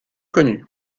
connue